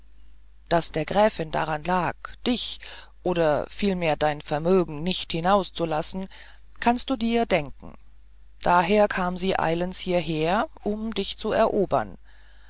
daß der gräfin daran lag dich oder vielmehr dein vermögen nicht hinauszulassen kannst du dir denken daher kam sie eilends hieher um dich zu erobern